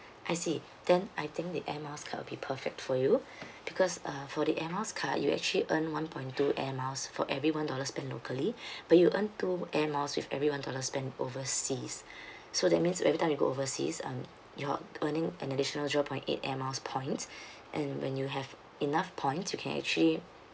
I see then I think the air miles card will be perfect for you because uh for the air miles card you actually earn one point two air miles for every one dollars spent locally but you earn two air miles with every one dollar spent overseas so that means every time you go overseas um your earning an additional zero point eight air miles points and when you have enough points you can actually